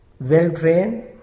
well-trained